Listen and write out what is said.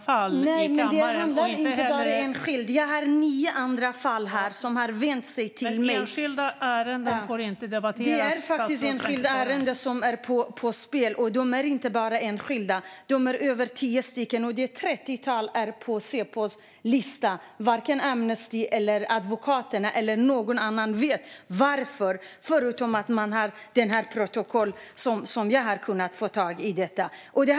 Jag har nio andra fall där man har vänt sig till mig. Det är flera enskilda människors liv som står på spel. De är inte bara enskilda. De är över tio, och ett trettiotal är på Säpos lista. Varken Amnesty, advokaterna eller någon annan vet varför, förutom att man i detta fall har ett protokoll som jag har kunnat få tag i.